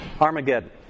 Armageddon